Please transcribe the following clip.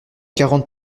quarante